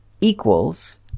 equals